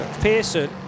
Pearson